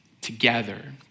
together